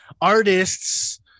artists